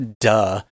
duh